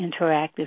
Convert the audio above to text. interactive